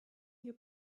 your